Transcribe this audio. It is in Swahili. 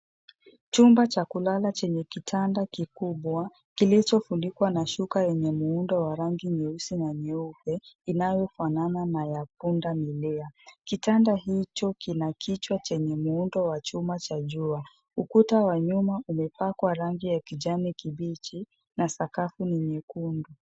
Chumba cha kulala chenye kitanda kikubwa, kilichofunikwa na shuka yenye muundo wa rangi nyeusi na nyeupe, inayofanana na ya pundamilia. Kitanda hicho kina kichwa chenye muundo wa chuma cha jua. Ukuta wa nyuma umepakwa rangi ya kijani kibichi na sakafu ni nyekundu.